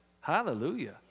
Hallelujah